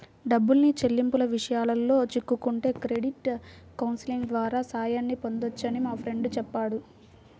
డబ్బు చెల్లింపుల విషయాల్లో చిక్కుకుంటే క్రెడిట్ కౌన్సిలింగ్ ద్వారా సాయాన్ని పొందొచ్చని మా ఫ్రెండు చెప్పాడు